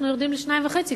אנחנו יורדים ל-2.5 קוב.